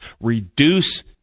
reduce